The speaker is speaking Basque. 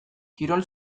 kirol